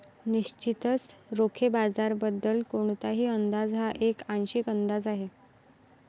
निश्चितच रोखे बाजाराबद्दल कोणताही अंदाज हा एक आंशिक अंदाज आहे